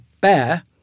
bear